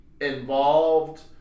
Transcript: involved